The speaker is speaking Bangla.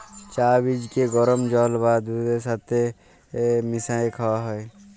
চাঁ বীজকে গরম জল বা দুহুদের ছাথে মিশাঁয় খাউয়া হ্যয়